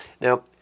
Now